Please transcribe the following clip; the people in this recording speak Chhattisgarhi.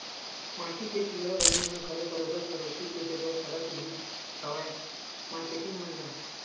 माटी के चूल्हा बनई म घलो बरोबर पेरोसी के जरुरत पड़त रिहिस हवय मारकेटिंग मन ल